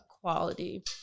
quality